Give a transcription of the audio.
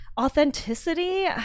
authenticity